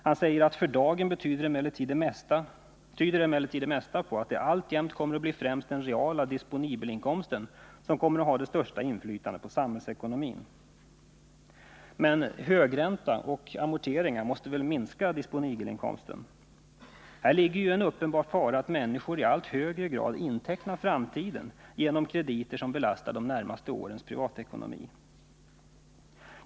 Han säger att för dagen tyder emellertid det mesta på att det alltjämt kommer att bli främst den reala disponibelinkomsten som kommer att ha det största inflytandet på samhällsekonomin. Men högränta och amorteringar måste väl ändå minska disponibelinkomsten? Här ligger en uppenbar fara för att människor i allt högre grad intecknar framtiden genom krediter som belastar de närmaste årens privatekonomi.